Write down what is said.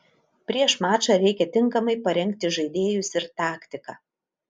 prieš mačą reikia tinkamai parengti žaidėjus ir taktiką